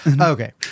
Okay